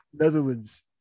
Netherlands